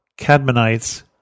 Cadmonites